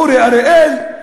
אורי אריאל.